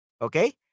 Okay